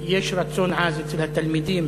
יש רצון עז אצל התלמידים